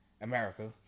America